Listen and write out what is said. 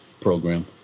program